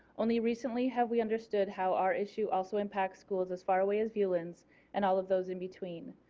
only recently have we understood how our issue also impacts schools as far away as viewlands and all of those in between.